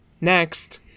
Next